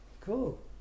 Cool